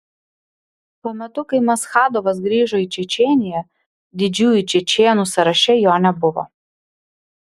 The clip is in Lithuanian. tuo metu kai maschadovas grįžo į čečėniją didžiųjų čečėnų sąraše jo nebuvo